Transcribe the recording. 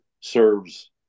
serves